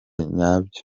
nyabyo